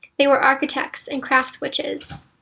they were architects and craftswitches.